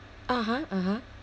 (uh huh) (uh huh)